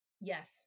Yes